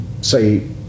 say